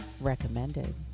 recommended